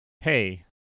hey